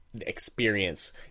Experience